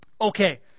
Okay